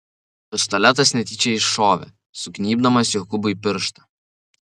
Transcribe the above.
pistoletas netyčia iššovė sugnybdamas jokūbui pirštą